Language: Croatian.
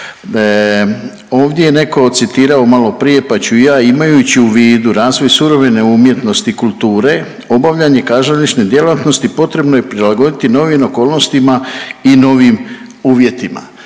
Ovdje je netko citirao malo prije, pa ću i ja: „Imajući u vidu razvoj suvremene umjetnosti, kulture, obavljanje kazališne djelatnosti potrebno je prilagoditi novim okolnostima i novim uvjetima.